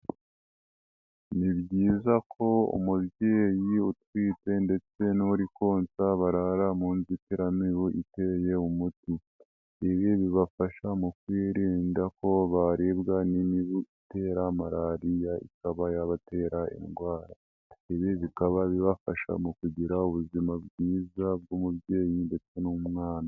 Ni byiza ko umubyeyi utwite ndetse n'uri konsa barara mu nzitiramibu iteye umuti. Ibi bibafasha mu kwirinda ko baribwa n'imibu itera malariya, ikaba yabatera indwa, ibi bikaba bibafasha mu kugira ubuzima bwiza bw'umubyeyi ndetse n'umwana.